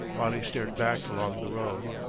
while he stared back along the road.